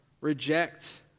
reject